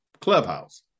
Clubhouse